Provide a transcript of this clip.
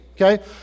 okay